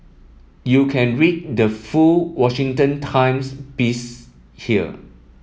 you can read the full Washington Times piece here